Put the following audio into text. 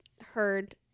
heard